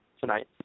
tonight